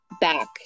back